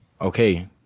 okay